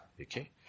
Okay